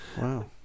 wow